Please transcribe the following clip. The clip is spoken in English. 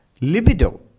libido